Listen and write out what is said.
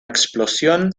explosión